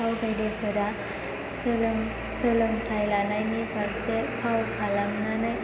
फावगिरिफोरा लानायनि फारसे फाव खालामनानै